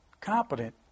Competent